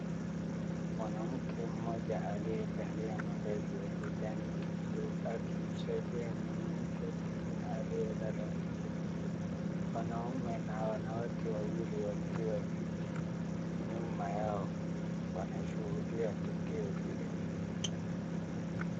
Mwanamke mmoja aliyevalia mavazi ya kijani kibluu akimsaidia mwanamke mwingine aliyelala chini. Wanaume na wanawake wawili wakiwa viti nyuma yao wanashuhudia tukio hili.